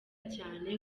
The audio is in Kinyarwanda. cyane